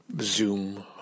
Zoom